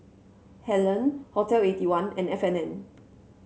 Helen Hotel Eighty one and F and N